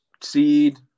seed